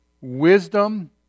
Wisdom